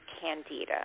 candida